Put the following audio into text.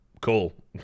Cool